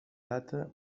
data